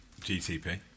GTP